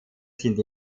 sind